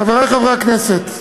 חברי חברי הכנסת,